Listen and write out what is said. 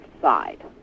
side